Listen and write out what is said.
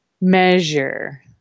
measure